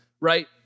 right